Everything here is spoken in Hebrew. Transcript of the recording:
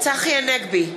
צחי הנגבי,